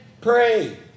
pray